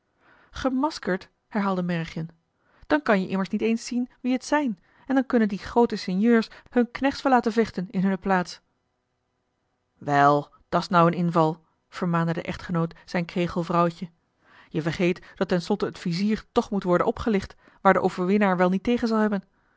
gemaskerd herhaalde merregjen dan kan je immers niet eens zien wie het zijn en dan kunnen die groote sinjeurs hun knechts wel laten vechten in hunne plaats wel dat's nou een inval vermaande de echtgenoot zijn kregel vrouwtje je vergeet dat ten slotte het vizier toch moet worden opgelicht waar de overwinnaar wel niet tegen zal hebben